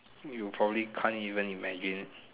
you probably can't even imagine